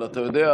אבל אתה יודע,